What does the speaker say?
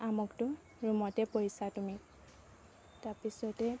আমুকটো ৰুমতে পৰিছা তুমি তাৰপিছতে